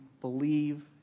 believe